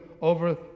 over